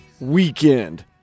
weekend